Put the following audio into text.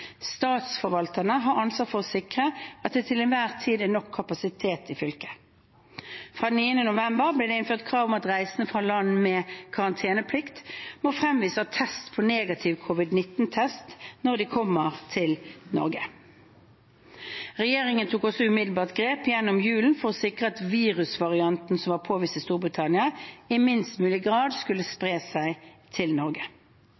Statsforvalterne har ansvar for å sikre at det til enhver tid er nok kapasitet i fylket. Fra 9. november ble det innført krav om at reisende fra land med karanteneplikt må fremvise attest på negativ covid-19-test når de kommer til Norge. Regjeringen tok også umiddelbare grep gjennom julen for å sikre at virusvarianten som var påvist i Storbritannia, i minst mulig grad skulle spre seg til Norge.